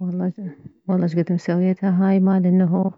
والله والله شكد مسويتها هاي مال انه